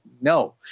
no